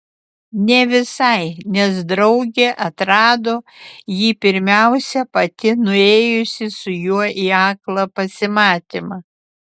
ne visai nes draugė atrado jį pirmiausia pati nuėjusi su juo į aklą pasimatymą